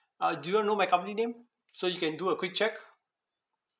uh do you want to know my company name so you can do a quick check